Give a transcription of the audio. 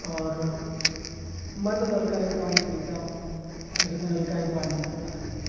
اور میں تو نل کا ہی پانی پیتا پیتا ہوں مجھے تو نل کا ہی پانی ملتا ہے